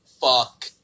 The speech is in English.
fuck